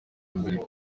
imbere